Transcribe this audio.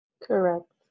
Correct